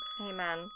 Amen